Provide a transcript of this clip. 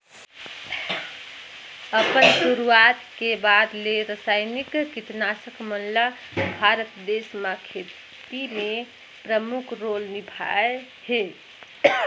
अपन शुरुआत के बाद ले रसायनिक कीटनाशक मन ल भारत देश म खेती में प्रमुख रोल निभाए हे